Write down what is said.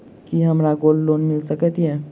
की हमरा gold loan मिल सकैत ये?